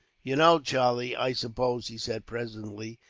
you know, charlie, i suppose, he said presently,